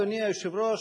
אדוני היושב-ראש,